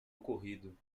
ocorrido